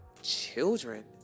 children